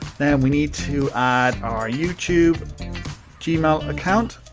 then we need to add our youtube gmail account,